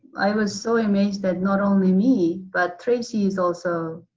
i was so amazed that not only me, but tracey is also